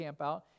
campout